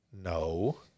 no